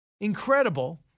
Incredible